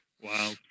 Wow